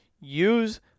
Use